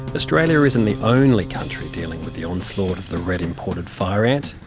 australia isn't the only country dealing with the onslaught of the red imported fire ant.